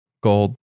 gold